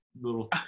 little